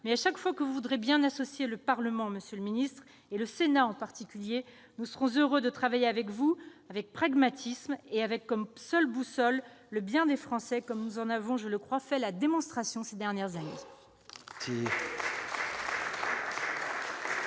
Mais, chaque fois que vous voudrez bien associer le Parlement, en particulier le Sénat, nous serons heureux de travailler avec vous, avec pragmatisme et avec pour seule boussole le bien des Français, comme nous en avons, je le crois, fait la démonstration ces dernières années.